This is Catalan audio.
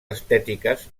estètiques